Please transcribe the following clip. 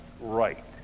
right